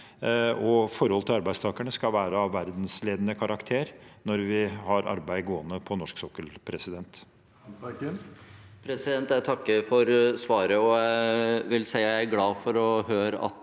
forholdet til arbeidstakerne skal være av verdensledende karakter når vi har arbeid gående på norsk sokkel. Lars